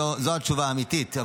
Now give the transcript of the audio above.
זו התשובה האמיתית.